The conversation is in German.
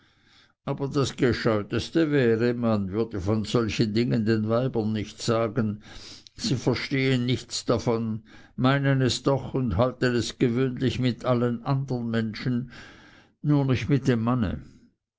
aber das gescheuteste wäre man würde von solchen dingen den weibern nichts sagen sie verstehen nichts davon meinen es doch und halten es gewöhnlich mit allen andern menschen nur nicht mit dem manne